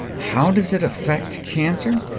how does it affect cancer?